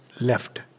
left